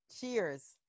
cheers